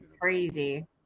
crazy